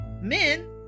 men